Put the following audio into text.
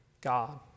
God